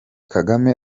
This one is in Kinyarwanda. kagame